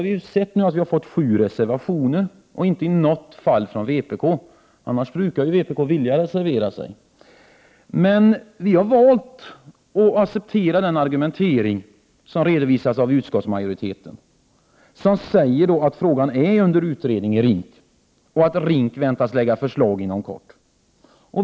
Vi har fått 7 reservationer, men inte i något fall från vpk. Annars brukar vpk vilja reservera sig. Men vi har valt att acceptera den argumentering som redovisas av utskottsmajoriteten, vilken säger att frågan är under utredning i RINK och att RINK väntas lägga fram förslag inom kort.